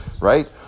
right